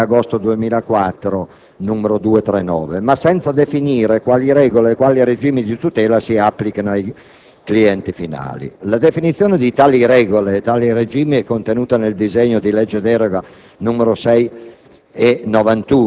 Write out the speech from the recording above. con la legge n. 239 del 23 agosto 2004, ma senza definire quali regole e quali regimi di tutela si applichino ai clienti finali. La definizione di tali regole e tali regimi è contenuta nel disegno di legge delega n.